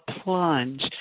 plunge